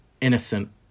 innocent